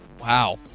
Wow